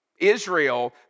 Israel